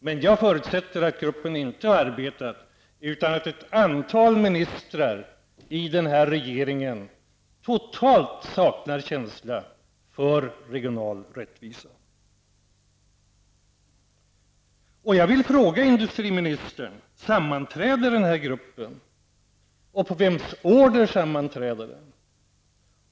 Men jag förutsätter att gruppen inte har arbetat utan att ett antal ministrar i den här regeringen totalt saknar känsla för regional rättvisa. Jag vill fråga industriministern om den här gruppen sammanträder och på vems order den sammanträder.